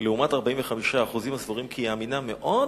לעומת 45% הסבורים כי היא אמינה מאוד